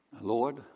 Lord